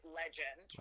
legend